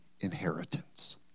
inheritance